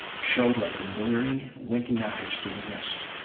showed like bleary, winking eyes through the mists.